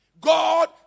God